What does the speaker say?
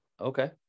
okay